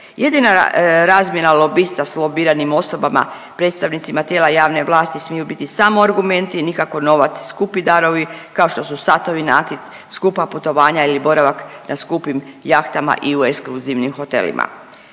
Jedina razmjena lobista s lobiranim osobama, predstavnicima tijela javne vlasti, smiju biti samo argumenti nikako novac, skupi darovi kao što su satovi, nakit, skupa putovanja ili boravak na skupim jahtama i u ekskluzivnim hotelima.